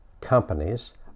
companies